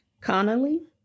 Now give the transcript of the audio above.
Connolly